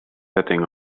setting